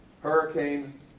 Hurricane